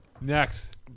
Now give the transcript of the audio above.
Next